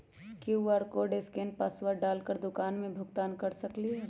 QR code scan password डाल कर दुकान में भुगतान कर सकलीहल?